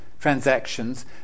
transactions